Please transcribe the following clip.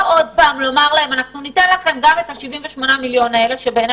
לא לומר להם "אנחנו ניתן לכם 78 מיליון" בעיני